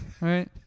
Right